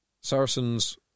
Saracens